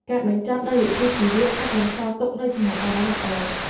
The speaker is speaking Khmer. ការបញ្ចប់ដោយវិជ្ជាជីវៈអាចបន្សល់ទុកនូវចំណាប់អារម្មណ៍ល្អ។